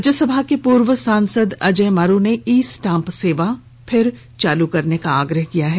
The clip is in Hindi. राज्यसभा के पूर्व सांसद अजय मारू ने ई स्टांप सेवा फिर चालू करने का आग्रह किया है